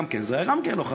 זה היה גם כן לא חכם.